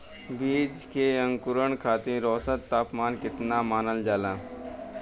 बीज के अंकुरण खातिर औसत तापमान केतना मानल जाला?